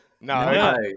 No